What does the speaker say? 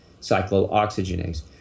cyclooxygenase